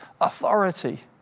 authority